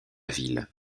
ville